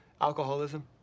alcoholism